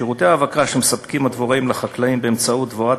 שירותי ההאבקה שמספקים הדבוראים לחקלאים באמצעות דבורת